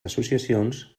associacions